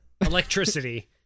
Electricity